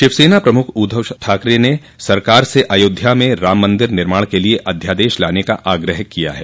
शिवसेना प्रमुख उद्वव ठाकरे ने सरकार से अयोध्या में राम मन्दिर निर्माण के लिए अध्यादेश लाने का आग्रह किया है